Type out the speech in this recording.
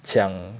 抢